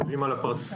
יושבים על הפרטים.